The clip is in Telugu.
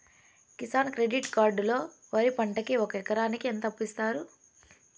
కిసాన్ క్రెడిట్ కార్డు లో వరి పంటకి ఒక ఎకరాకి ఎంత అప్పు ఇస్తారు?